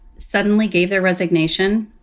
suddenly gave their resignation,